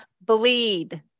bleed